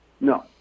No